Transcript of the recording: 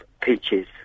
Peaches